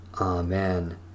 Amen